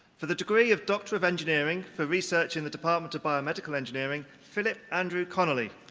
for the degree of doctor of engineering for research in the department of biometrical engineering, philip andrew connolly.